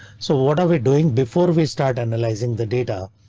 so what are we doing before we start analyzing the data?